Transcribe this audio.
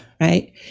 right